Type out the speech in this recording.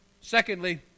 Secondly